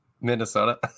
Minnesota